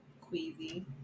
queasy